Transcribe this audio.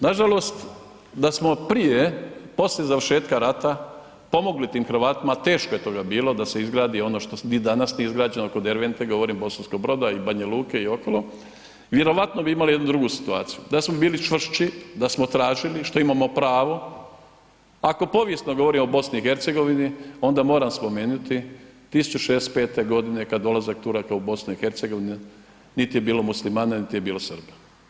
Nažalost, da smo prije, poslije završetka rata, pomogli tim Hrvatima, teško je toga bilo da se izgradi ono što ni danas nije izgrađeno, kod Dervente govorim, Bosanskog Broda i Banja Luke i okolo, vjerovatno bi imali jednu drugu situaciju, da smo bili čvršći, da smo tražili što imamo pravo, ako povijesno govorimo o BiH-u, onda moram spomenut 1065. g. kad je dolazak Turaka u BiH, niti je bilo muslimana, nit je bilo Srba.